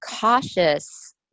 cautious